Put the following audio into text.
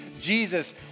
Jesus